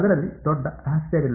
ಅದರಲ್ಲಿ ದೊಡ್ಡ ರಹಸ್ಯವಿಲ್ಲ